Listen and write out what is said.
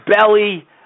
belly